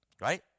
Right